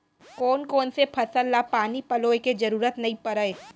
कोन कोन से फसल ला पानी पलोय के जरूरत नई परय?